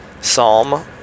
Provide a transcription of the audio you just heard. Psalm